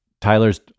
Tyler's